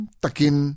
takin